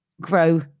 grow